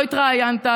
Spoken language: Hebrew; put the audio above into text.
לא התראיינת,